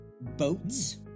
boats